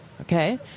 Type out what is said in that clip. okay